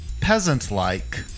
peasant-like